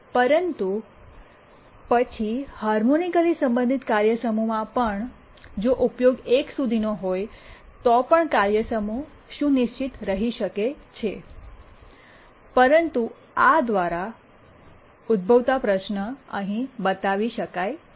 પરંતુ પછી હાર્મોનિકલી સંબંધિત કાર્ય સમૂહમાં પણ જો ઉપયોગ 1 સુધીનો હોય તો પણ કાર્ય સમૂહ સુનિશ્ચિત રહી શકે છે પરંતુ આ પર ઉદ્ભવતા પ્રશ્ન અહીં બતાવી શકાય છે